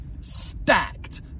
stacked